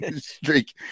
streak